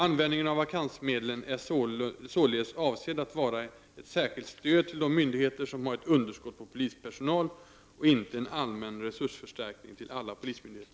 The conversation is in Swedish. Användningen av vakansmedel är således avsedd att vara ett särskilt stöd till de myndigheter som har ett underskott på polispersonal och inte en allmän resursförstärkning till alla polismyndigheter.